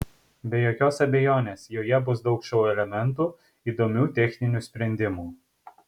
be jokios abejonės joje bus daug šou elementų įdomių techninių sprendimų